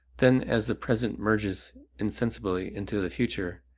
then as the present merges insensibly into the future,